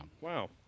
Wow